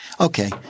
okay